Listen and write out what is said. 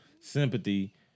sympathy